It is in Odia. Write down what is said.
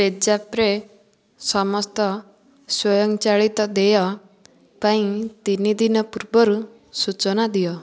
ପେଜାପ୍ରେ ସମସ୍ତ ସ୍ୱଂୟଚାଳିତ ଦେୟ ପାଇଁ ତିନି ଦିନ ପୂର୍ବରୁ ସୂଚନା ଦିଅ